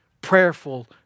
prayerful